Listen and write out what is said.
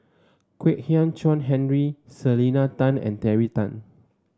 Kwek Hian Chuan Henry Selena Tan and Terry Tan